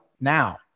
now